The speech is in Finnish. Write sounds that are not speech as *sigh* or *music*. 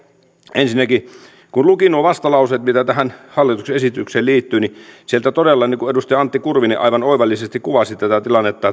ensinnäkin kun luki nuo vastalauseet mitä tähän hallituksen esitykseen liittyy niin sieltä todella niin kuin edustaja antti kurvinen aivan oivallisesti kuvasi tätä tilannetta *unintelligible*